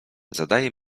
zadaje